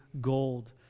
gold